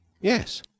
Yes